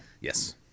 Yes